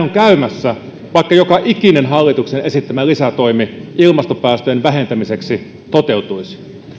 on käymässä vaikka joka ikinen hallituksen esittämä lisätoimi ilmastopäästöjen vähentämiseksi toteutuisi